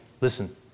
listen